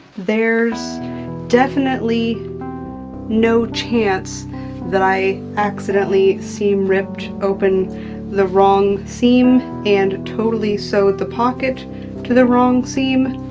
there's definitely no chance that i accidentally seam-ripped open the wrong seam and totally sewed the pocket to the wrong seam.